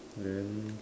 then